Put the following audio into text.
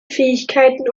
fähigkeiten